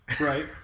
right